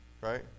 Right